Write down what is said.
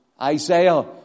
Isaiah